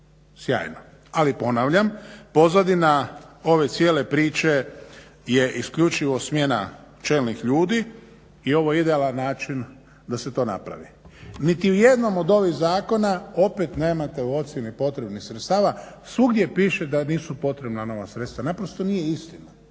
Sjajno. Ali ponavljam, pozadina ove cijele priče je isključivo smjena čelnih ljudi i ovo je idealan način da se to napravi. Niti u jednom od ovih zakona opet nemate u ocjeni potrebnih sredstava, svugdje piše da nisu potrebna nova sredstva. Naprosto nije istina